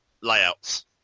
layouts